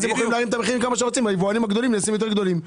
מעלים את המחירים כמה שרוצים והיבואנים נעשים יותר גדולים.